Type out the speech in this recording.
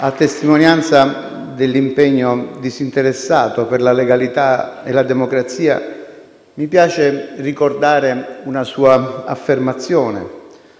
A testimonianza dell'impegno disinteressato per la legalità e la democrazia, mi piace ricordare una sua affermazione,